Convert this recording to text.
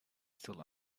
still